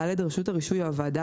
(ד)רשות הרישוי או הוועדה,